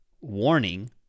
warning